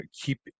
keep